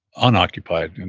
unoccupied, and